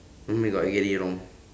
oh my god I get it wrong